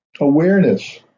awareness